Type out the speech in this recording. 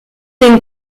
den